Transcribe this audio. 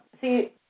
See